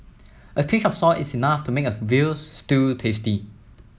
a pinch of salt is enough to make a veal stew tasty